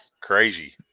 Crazy